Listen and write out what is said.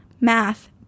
Math